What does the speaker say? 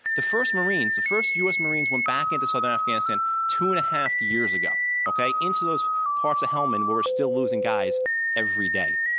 the first marines, the first u. s. marines went back into southern afghanistan two and a half years ago into those parts of hellman where we're still losing guys every day.